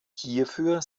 hierfür